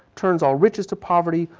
turns all riches to poverty,